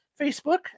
facebook